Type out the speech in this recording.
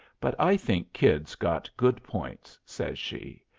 but i think kid's got good points, says she,